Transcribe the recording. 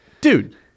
Dude